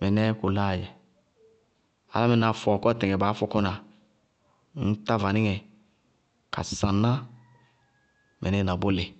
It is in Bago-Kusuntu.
mɩnɛɛ kʋ láa dzɛ. Álámɩná, fɔɔkɔ tɩtɩŋɛ baá fɔkɔna, ŋñtá vaníŋɛ ka saŋ ná mɩníɩ na bʋlɩ.